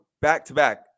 back-to-back